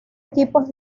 equipos